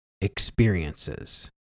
experiences